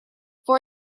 for